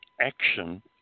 action